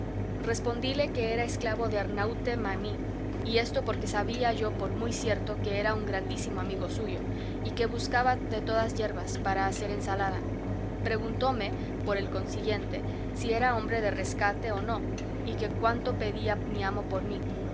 aquel su jardín y de quién era respondíle que era esclavo de arnaúte mamí y esto porque sabía yo por muy cierto que era un grandísimo amigo suyo y que buscaba de todas yerbas para hacer ensalada preguntóme por el consiguiente si era hombre de rescate o no y que cuánto pedía mi amo por mí